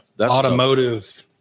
automotive